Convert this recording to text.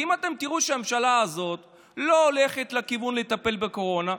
אם תראו שהממשלה הזאת לא הולכת לכיוון של לטפל בקורונה,